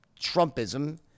Trumpism